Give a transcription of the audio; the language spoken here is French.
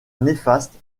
néfastes